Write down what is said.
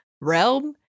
realm